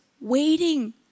waiting